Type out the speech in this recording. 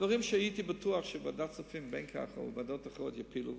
דברים שהייתי בטוח שוועדת הכספים או ועדות אחרות בין כך ובין כך יפילו,